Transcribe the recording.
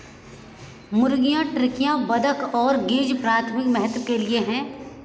मुर्गियां, टर्की, बत्तख और गीज़ प्राथमिक महत्व के हैं